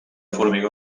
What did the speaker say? formigó